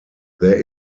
there